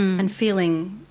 and feeling.